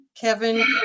Kevin